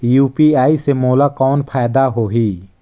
UPI से मोला कौन फायदा होही?